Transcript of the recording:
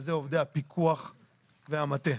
שזה עובדי הפיקוח והמטה.